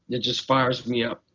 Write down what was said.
it just fires me up.